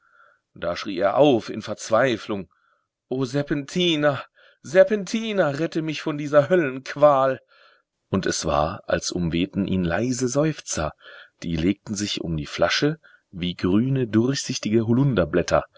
da schrie er auf in verzweiflung o serpentina serpentina rette mich von dieser höllenqual und es war als umwehten ihn leise seufzer die legten sich um die flasche wie grüne durchsichtige